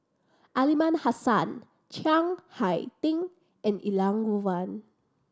Aliman Hassan Chiang Hai Ding and Elangovan